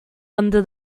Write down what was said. under